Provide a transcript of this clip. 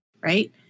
right